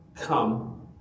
Come